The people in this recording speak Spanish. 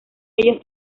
ellos